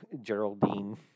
Geraldine